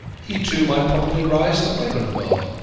he, too, might probably rise the quicker in the world,